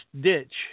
ditch